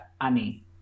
Annie